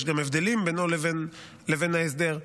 יש גם הבדלים בינו לבין ההסדר,